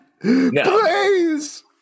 please